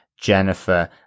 jennifer